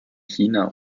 china